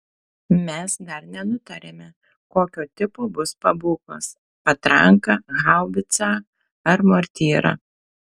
mes dar nenutarėme kokio tipo bus pabūklas patranka haubicą ar mortyra